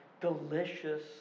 delicious